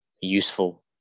useful